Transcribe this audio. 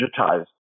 digitized